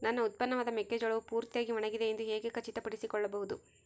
ನನ್ನ ಉತ್ಪನ್ನವಾದ ಮೆಕ್ಕೆಜೋಳವು ಪೂರ್ತಿಯಾಗಿ ಒಣಗಿದೆ ಎಂದು ಹೇಗೆ ಖಚಿತಪಡಿಸಿಕೊಳ್ಳಬಹುದು?